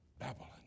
Babylon